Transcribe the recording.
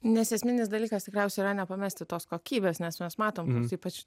nes esminis dalykas tikriausiai yra nepamesti tos kokybės nes mes matome mums ypač